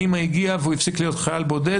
האמא הגיעה והוא הפסיק להיות חייל בודד.